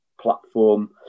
platform